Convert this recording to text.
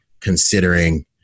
considering